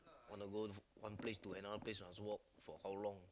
wanna go one place to another place must walk for how long